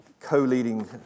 co-leading